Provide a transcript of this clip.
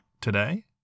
today